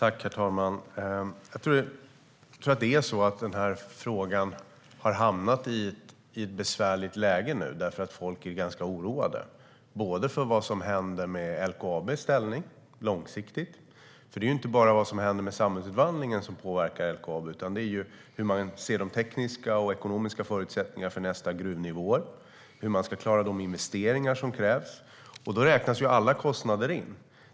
Herr talman! Jag tror att den här frågan har hamnat i ett besvärligt läge därför att folk är ganska oroade för vad som händer med LKAB:s ställning långsiktigt. Det är ju inte bara vad som händer med samhällsomvandlingen som påverkar LKAB, utan det är också de tekniska och ekonomiska förutsättningarna för kommande gruvnivåer och hur man ska klara de investeringar som krävs. Då räknas alla kostnader in.